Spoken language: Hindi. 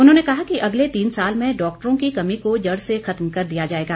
उन्होंने कहा कि अगले तीन साल में डॉक्टरों की कमी को जड़ से खत्म कर दिया जाएगा